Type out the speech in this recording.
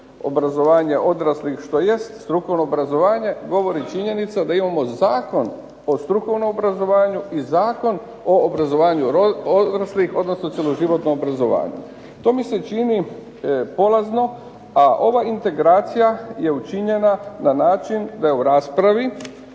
obrazovanje odraslih, što jest strukovno obrazovanje, govori činjenica da imamo Zakon o strukovnom obrazovanju i Zakon o obrazovanju odraslih, odnosno cjeloživotno obrazovanje. To mi se čini porazno, a ova integracija je učinjena na način da je u raspravi